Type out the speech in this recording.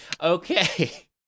Okay